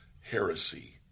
heresy